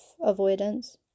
avoidance